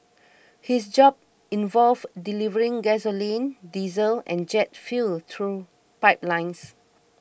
his job involved delivering gasoline diesel and jet fuel through pipelines